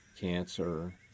cancer